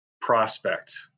prospect